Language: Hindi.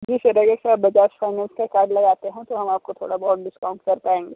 जी सर अगर से बजाज फाइनेंस का कार्ड लगाते हैं तो हम आपको थोड़ा बहोत डिस्काउंट कर पाएंगे